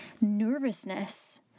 nervousness